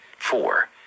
Four